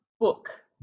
book